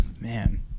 Man